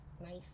nice